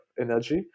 energy